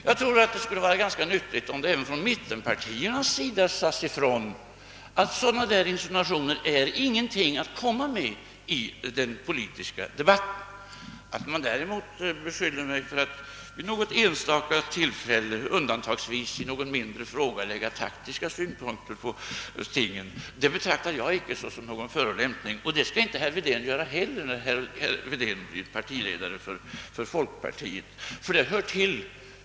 Jag tror att det vore ganska nyttigt om också mittenpartierna sade ifrån att sådana insinuationer inte hör hemma i den politiska debatten. Att man beskyller mig för att vid något enstaka tillfälle, undantagsvis, i någon mindre fråga lägga taktiska synpunkter på tingen betraktar jag däremot icke såsom någon förolämpning, och det skall inte herr Wedén göra heller när han blir ledare för folkpartiet.